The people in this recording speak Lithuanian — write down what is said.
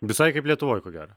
visai kaip lietuvoj ko gero